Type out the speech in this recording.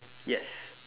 yes